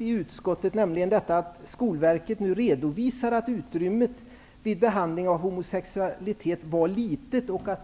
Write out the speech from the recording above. utskottet har anfört. Skolverket redovisar att utrymmet för information om homosexualitet är litet.